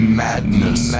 madness